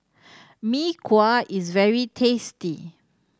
Mee Kuah is very tasty